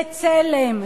"בצלם",